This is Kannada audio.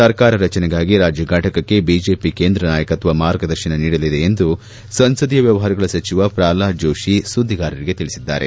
ಸರ್ಕಾರ ರಚನೆಗಾಗಿ ರಾಜ್ಯ ಫಟಕಕ್ಕೆ ಬಿಜೆಪಿ ಕೇಂದ್ರ ನಾಯಕತ್ವ ಮಾರ್ಗದರ್ಶನ ನೀಡಲಿದೆ ಎಂದು ಸಂಸದೀಯ ವ್ಲವಹಾರಗಳ ಸಚಿವ ಪ್ರಹ್ಲಾದ್ ಜೋಶಿ ಸುದ್ದಿಗಾರರಿಗೆ ತಿಳಿಸಿದ್ದಾರೆ